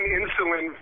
insulin